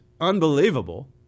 unbelievable